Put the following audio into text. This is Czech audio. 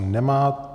Nemá.